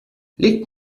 liegt